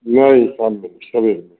नहीं शाम नहीं सवेरे